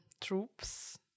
troops